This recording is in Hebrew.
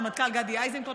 הרמטכ"ל גדי איזנקוט,